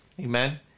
Amen